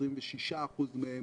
26% מהם